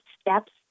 steps